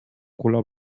color